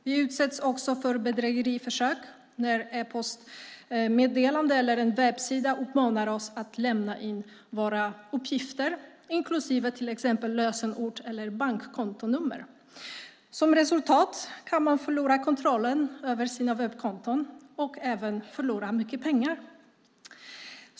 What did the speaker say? Vi utsätts också för bedrägeriförsök när ett e-postmeddelande eller en webbsida uppmanar oss att lämna in våra uppgifter, inklusive till exempel lösenord och bankkontonummer. Resultatet kan bli att man förlorar kontrollen över sina webbkonton och även förlorar mycket pengar.